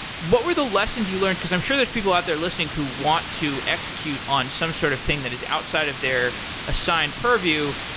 what were the lessons you learned? because i'm sure there's people out there listening who want to execute on some sort of thing that is outside of their assigned purview.